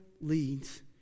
leads